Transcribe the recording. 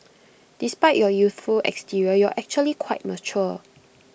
despite your youthful exterior you're actually quite mature